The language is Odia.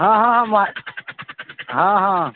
ହଁ ହଁ ହଁ ହଁ ହଁ